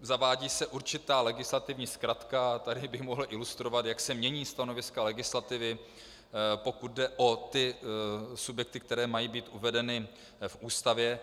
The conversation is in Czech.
Zavádí se určitá legislativní zkratka a tady bych mohl ilustrovat, jak se mění stanoviska legislativy, pokud jde o ty subjekty, které mají být uvedeny v Ústavě.